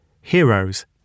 Heroes